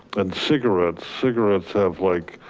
and cigarettes, cigarettes have like,